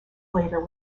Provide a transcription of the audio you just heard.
later